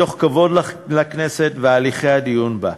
מתוך כבוד לכנסת והליכי הדיון בה.